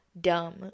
dumb